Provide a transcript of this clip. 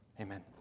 amen